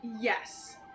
Yes